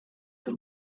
from